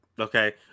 Okay